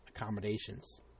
accommodations